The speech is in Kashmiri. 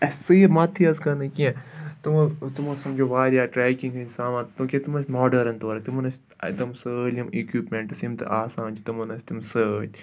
اَسہِ سُہ یہِ مَدتھٕے حظ کٔرنہٕ کینٛہہ تِمو تِمو سَمجو واریاہ ٹرٛیکِنٛگ ہِنٛدۍ سامان تِکیٛازِ تِم ٲسۍ ماڈٲرٕن تورٕ تِمَن ٲسۍ اَتہِ تِم سٲلِم اِکوِپمٮ۪نٛٹٕس یِم تہِ آسان چھِ تِمَن ٲسۍ تِم سۭتۍ